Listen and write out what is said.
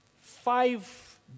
five